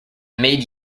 made